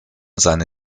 seine